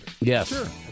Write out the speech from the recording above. Yes